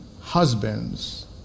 husbands